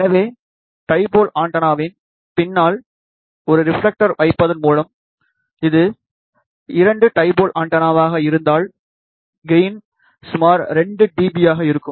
எனவே டைபோல் ஆண்டெனாவின் பின்னால் ஒரு ரிப்ஃலெக்டரை வைப்பதன் மூலம் இது 2 டைபோல் ஆண்டெனாவாக இருந்தால் கெயின் சுமார் 2 dB ஆக இருக்கும்